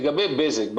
לגבי בזק,